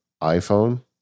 iPhone